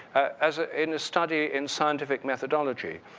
as a in a study in scientific methodology,